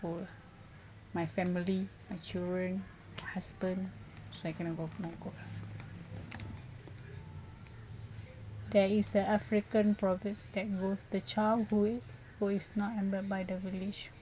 goal my family my children my husband so I cannot goal no goal there is a african proverb that worth the child who who is not under by the village